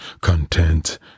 content